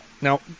Now